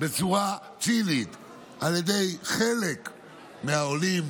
בצורה צינית על ידי חלק מהעולים,